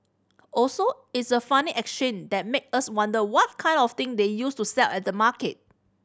also it's a funny exchange that makes us wonder what kind of thing they used to sell at the market